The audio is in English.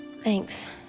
thanks